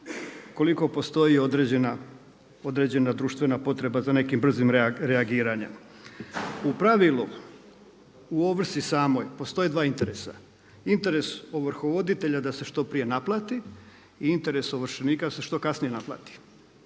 koliko postoji određena društvena potreba za nekim brzim reagiranjem. U pravilu, u ovrsi samoj postoje dva interesa. Interes ovrhovoditelja da se što prije naplati i interes ovršenika da se što kasnije naplati,